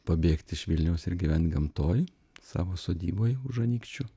pabėgt iš vilniaus ir gyvent gamtoj savo sodyboj už anykščių